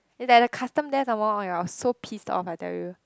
it's at the custom there some more and I was so pissed off I tell you